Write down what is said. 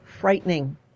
frightening